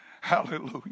Hallelujah